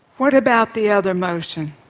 what about the other motion?